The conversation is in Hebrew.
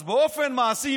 אז באופן מעשי,